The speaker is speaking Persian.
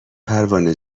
پروانه